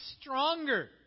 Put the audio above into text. stronger